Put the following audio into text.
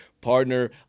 Partner